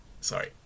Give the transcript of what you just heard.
sorry